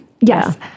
Yes